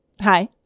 Hi